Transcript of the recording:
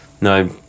no